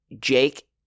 Jake